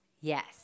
Yes